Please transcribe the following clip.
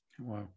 Wow